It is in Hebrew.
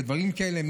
בדברים כאלה,